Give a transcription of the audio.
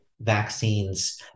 vaccines